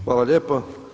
Hvala lijepo.